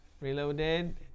Reloaded